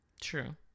True